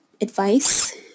advice